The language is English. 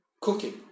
Cooking